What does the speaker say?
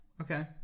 okay